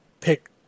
pick